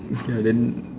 okay lah then